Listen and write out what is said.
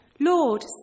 Lord